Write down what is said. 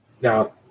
Now